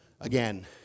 again